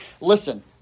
Listen